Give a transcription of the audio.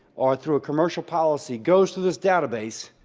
or through a commercial policy, goes through this database.